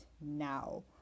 now